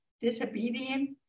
disobedience